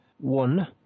one